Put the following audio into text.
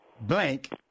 blank